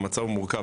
המצב הוא מורכב.